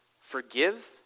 forgive